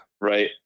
Right